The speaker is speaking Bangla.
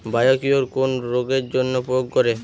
বায়োকিওর কোন রোগেরজন্য প্রয়োগ করে?